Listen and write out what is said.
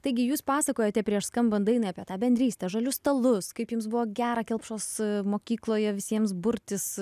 taigi jūs pasakojote prieš skambant dainai apie tą bendrystę žalius stalus kaip jums buvo gera kelpšos mokykloje visiems burtis